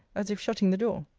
as if shutting the door.